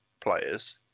players